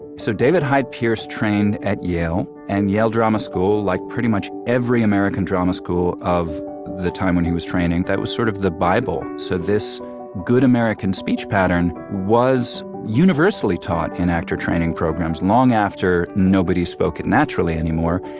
so, david hyde pierce trained at yale, and yale drama school, like pretty much every american drama school of the time when he was training, that was sort of the bible. so this good american speech pattern was universally taught in actor training programs long after nobody spoke it naturally anymore,